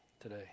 today